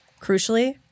Crucially